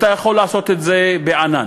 אתה יכול לעשות את זה בענן.